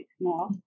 more